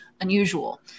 unusual